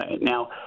Now